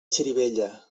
xirivella